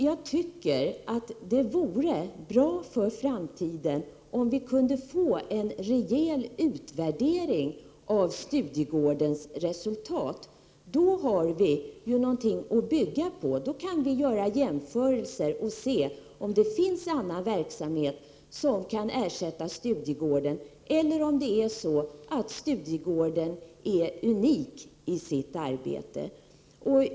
Jag tycker att det vore bra för framtiden om vi kunde få en rejäl utvärdering av Studiegårdens resultat. Då har vi någonting att bygga på. Då kan vi göra jämförelser och se om det finns annan verksamhet som kan ersätta Studiegården eller om Studiegården är unik i sitt arbete.